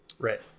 Right